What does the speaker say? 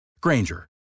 Granger